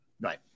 Right